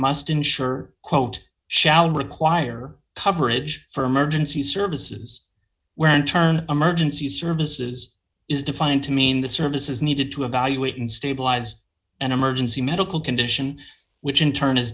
must insure quote shall require coverage for emergency services where in turn emergency services is defined to mean the services needed to evaluate and stabilize an emergency medical condition which in turn is